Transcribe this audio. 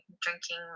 drinking